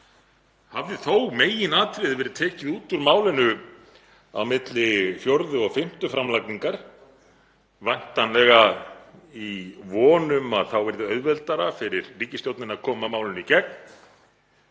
Hafði þó meginatriðið verið tekið út úr málinu á milli fjórðu og fimmtu framlagningar, væntanlega í von um að þá yrði auðveldara fyrir ríkisstjórnina að koma málinu í gegn,